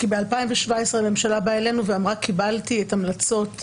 כי ב-2017 הממשלה באה אלינו ואמרה: קיבלתי את ההמלצות.